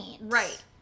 Right